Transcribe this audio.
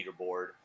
leaderboard